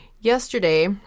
yesterday